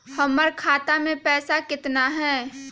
हमर खाता मे पैसा केतना है?